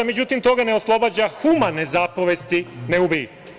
Međutim, to ga ne oslobađa humane zapovesti – ne ubij.